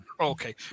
Okay